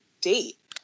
date